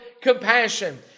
compassion